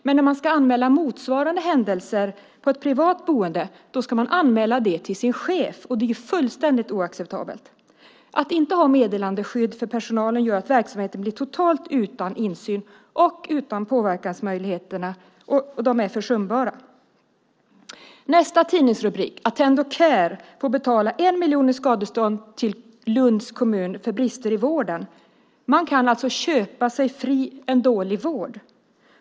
Men när man ska anmäla motsvarande händelser på ett privat boende ska man anmäla det till sin chef. Detta är fullständigt oacceptabelt! Att inte ha meddelarskydd för personalen innebär att verksamheten blir totalt utan insyn och att påverkansmöjligheterna är försumbara. En tidningsrubrik handlar om Attendo Care som får betala 1 miljon i skadestånd till Lunds kommun för brister i vården. Man kan alltså köpa sig fri från en dålig vård.